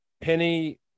Penny